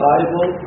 Bible